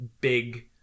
big